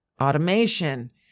automation